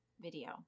video